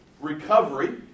recovery